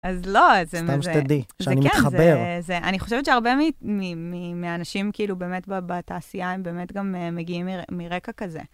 אז לא, זה... סתם שתדעי, שאני מתחבר. אני חושבת שהרבה מהאנשים כאילו באמת בתעשייה, הם באמת גם מגיעים מרקע כזה.